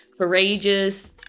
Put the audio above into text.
courageous